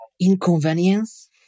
Inconvenience